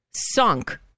Sunk